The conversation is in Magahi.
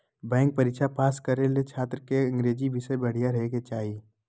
बैंक परीक्षा पास करे ले छात्र के अंग्रेजी विषय बढ़िया रहे के चाही